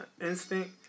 instinct